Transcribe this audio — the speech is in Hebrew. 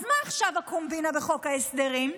אז מה עכשיו הקומבינה בחוק ההסדרים?